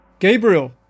Gabriel